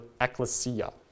ecclesia